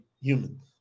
humans